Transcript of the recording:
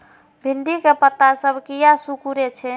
भिंडी के पत्ता सब किया सुकूरे छे?